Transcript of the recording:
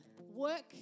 work